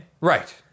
Right